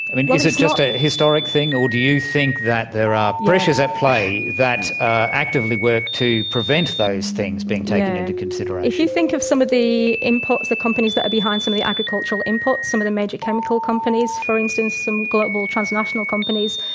i mean, is it just a historic thing, or do you think that there are pressures at play that actively work to prevent those things being taken into consideration? yes, if you think of some of the imports, the companies that are behind some of the agricultural imports, some of the major chemical companies, for instance, some global, transnational companies,